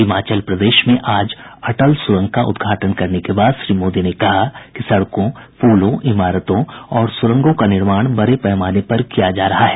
हिमाचल प्रदेश में आज अटल सुरंग का उद्घाटन करने के बाद श्री मोदी ने कहा कि सड़कों पुलों इमारतों और सुरंगों का निर्माण बड़े पैमाने पर किया जा रहा है